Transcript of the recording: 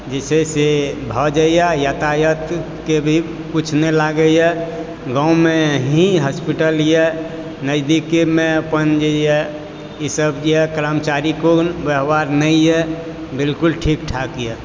जे छै से भऽ जायए यातायातके भी कुछ नहि लागैत ए गाँवमे ही हॉस्पिटलए नजदीकेमे अपन जे यऽ ईसभ यऽ कर्मचारी गड़बड़ नहि यऽ बिलकुल ठीकठाक यऽ